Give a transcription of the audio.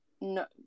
no